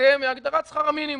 שנסטה מהגדרת שכר המינימום.